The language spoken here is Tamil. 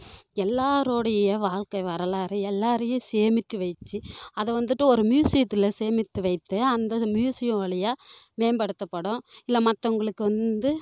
எல்லாரோடைய வாழ்க்கை வரலாறு எல்லாரையும் சேமித்து வச்சி அதை வந்துட்டு ஒரு மியூசியத்தில் சேமித்து வைத்து அந்த மியூசியம் வழியாக மேம்படுத்தப்படும் இல்லை மற்றவுங்களுக்கு வந்து